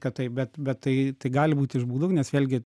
kad taip bet bet tai tai gali būt iš būdų nes vėlgi